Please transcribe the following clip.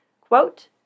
quote